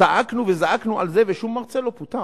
צעקנו וזעקנו על זה ושום מרצה לא פוטר.